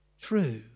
true